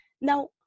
now